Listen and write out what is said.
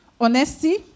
Honesty